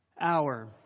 hour